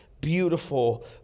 beautiful